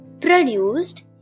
produced